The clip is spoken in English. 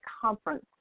conference